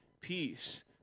peace